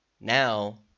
Now